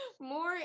more